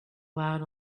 loud